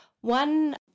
One